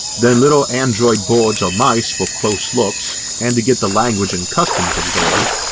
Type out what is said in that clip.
then little android birds or mice for close looks and to get the language and customs observed,